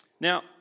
Now